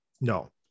No